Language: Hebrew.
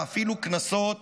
ואפילו קנסות